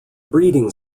breeding